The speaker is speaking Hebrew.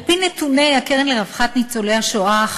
על-פי נתוני הקרן לרווחת ניצולי השואה,